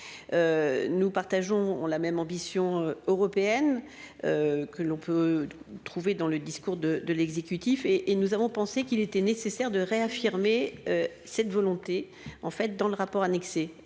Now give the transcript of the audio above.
Nous partageons la même ambition européenne. Que l'on peut trouver dans le discours de de l'exécutif et et nous avons pensé qu'il était nécessaire de réaffirmer cette volonté en fait dans le rapport annexé.